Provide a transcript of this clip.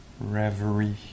reverie